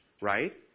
right